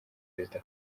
perezida